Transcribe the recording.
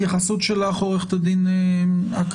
התייחסות שלך, עורכת הדין עקביה.